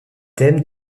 thèmes